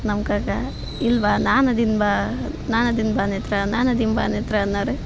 ನಮ್ಮ ಕಾಕ ಇಲ್ಲಿ ಬಾ ನಾನು ಅದಿನಿ ಬಾ ನಾನು ಅದಿನಿ ಬಾ ನೇತ್ರ ನಾನು ಅದಿನಿ ಬಾ ನೇತ್ರ ಅನ್ನವರು